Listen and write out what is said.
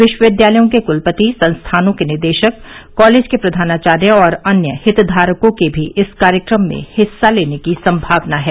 विश्वविद्यालयों के क्लपति संस्थानों के निदेशक कॉलेज के प्रधानाचार्य और अन्य हितधारकों के भी इस कार्यक्रम में हिस्सा लेने की सम्भावना है